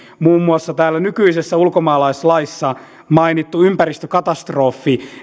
muun muassa täällä nykyisessä ulkomaalaislaissa mainitun ympäristökatastrofin